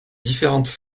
différentes